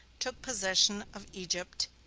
took possession of egypt,